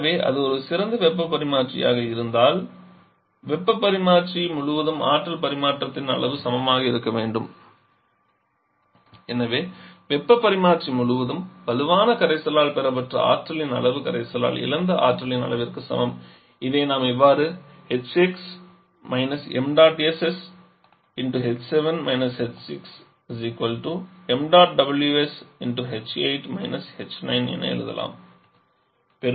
எனவே அது ஒரு சிறந்த வெப்பப் பரிமாற்றியாக இருந்தால் வெப்பப் பரிமாற்றி முழுவதும் ஆற்றல் பரிமாற்றத்தின் அளவு சமமாக இருக்க வேண்டும் எனவே வெப்பப் பரிமாற்றி முழுவதும் வலுவான கரைசலால் பெறப்பட்ட ஆற்றலின் அளவு கரைசலால் இழந்த ஆற்றலின் அளவிற்கு சமம் இதை நாம் இவ்வாறு என எழுதலாம்